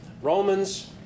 Romans